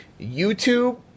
YouTube